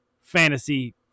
fantasy